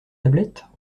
tablettes